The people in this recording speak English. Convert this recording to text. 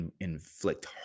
inflict